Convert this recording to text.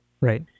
Right